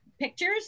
pictures